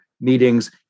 meetings